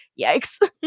Yikes